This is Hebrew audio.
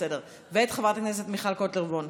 ואת חברת הכנסת מיכל קוטלר וונש.